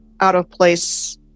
out-of-place